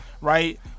Right